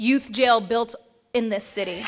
youth jail built in the city